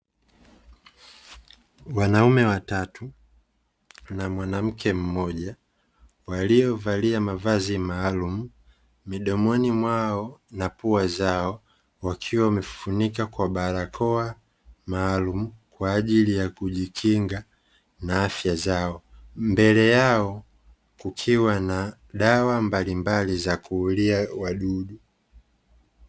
Wanaume watatu na mwanamke mmoja waliovalia mavazi maalumu, midomoni mwao na pua zao wakiwa wamefunika kwa barakoa maalumu kwa ajili ya kujikinga na afya zao. Mbele yao kukiwa na dawa mbalimbali za kuulia wadudu.